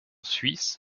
suisse